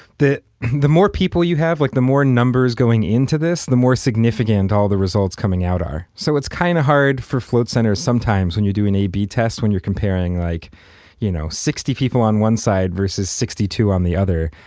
the the more people you have, like the more numbers going into this, the more significant all the results coming out are. so it's kind of hard for float centers sometimes when you do an a b test when you're comparing like you know sixty people on one side versus sixty two on the other,